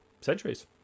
centuries